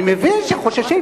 אני מבין שחוששים,